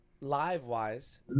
Live-wise